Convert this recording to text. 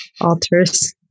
altars